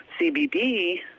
CBD